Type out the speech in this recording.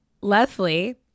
Leslie